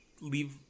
leave